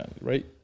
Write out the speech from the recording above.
right